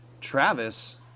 Travis